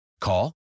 Call